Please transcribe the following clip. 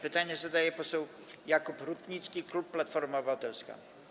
Pytanie zadaje poseł Jakub Rutnicki, klub Platforma Obywatelska.